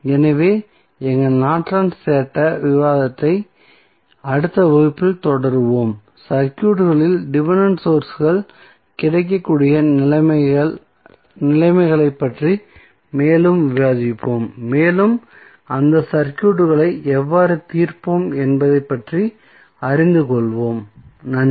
எனவே எங்கள் நார்டன்ஸ் தேற்ற Nortons theorem விவாதத்தை அடுத்த வகுப்பில் தொடருவோம் சர்க்யூட்களில் டிபென்டென்ட் சோர்ஸ்கள் கிடைக்கக்கூடிய நிலைமைகளைப் பற்றி மேலும் விவாதிப்போம் மேலும் அந்த சர்க்யூட்களை எவ்வாறு தீர்ப்போம் என்பதை அறிந்து கொள்வோம் நன்றி